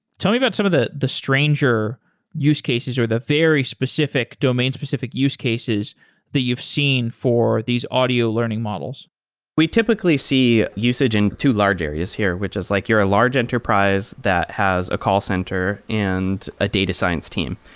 tell me about some of the the stranger use cases or the very specific domain-specific use cases that you've seen for these audio learning models we typically see usage in two large areas here, which is like you're a large enterprise that has a call center and a data science team.